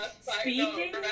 Speaking